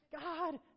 God